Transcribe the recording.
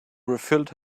refilled